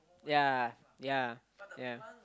ya ya ya